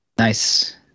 Nice